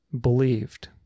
believed